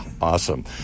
awesome